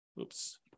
oops